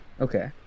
Okay